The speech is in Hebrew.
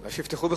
אז שיפתחו בחקירה.